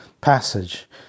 passage